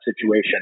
situation